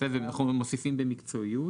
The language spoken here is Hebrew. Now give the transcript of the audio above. ואנחנו מוסיפים את המילה "במקצועיות"